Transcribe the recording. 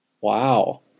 Wow